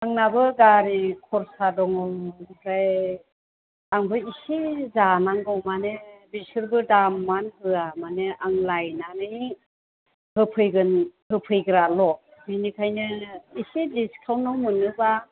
आंनाबो गारि खरसा दं ओमफ्राय आंबो एसे जानांगौ माने बिसोरबो दामानो होया माने आं लायनानै होफैगोन होफैग्राल' बिनिखायनो एसे डिसकाउन्टनाव मोनोबा